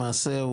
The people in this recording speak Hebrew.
למעשה,